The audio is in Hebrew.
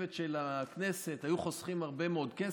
לצוות של הכנסת, היו חוסכים הרבה מאוד כסף,